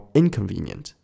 inconvenient